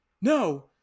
No